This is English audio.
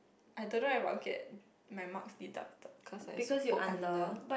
I don't know if I'll get my marks deducted cause I spoke under